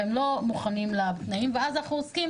והם לא מוכנים לתנאים ואז אנחנו עוסקים